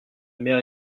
mer